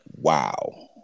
Wow